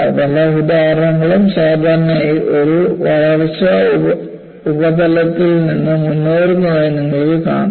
പല ഉദാഹരണങ്ങളിലും സാധാരണയായി ഒരു വളർച്ച ഉപരിതലത്തിൽനിന്ന് മുന്നേറുന്നതായി നിങ്ങൾക്ക് കാണാം